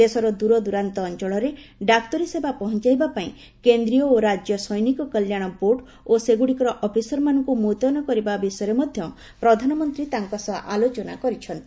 ଦେଶର ଦୂରଦୂରାନ୍ତ ଅଞ୍ଚଳରେ ଡାକ୍ତରୀ ସେବା ପହଞ୍ଚାଇବା ପାଇଁ କେନ୍ଦ୍ରୀୟ ଓ ରାଜ୍ୟ ସୈନିକ କଲ୍ୟାଣ ବୋର୍ଡ ଓ ସେଗୁଡ଼ିକର ଅଫିସରମାନଙ୍କୁ ମୁତୟନ କରିବା ବିଷୟରେ ମଧ୍ୟ ପ୍ରଧାନମନ୍ତ୍ରୀ ତାଙ୍କ ସହ ଆଲୋଚନା କରିଚ୍ଛନ୍ତି